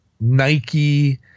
Nike